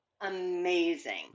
amazing